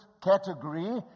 category